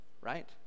right